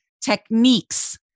techniques